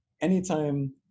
anytime